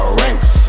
ranks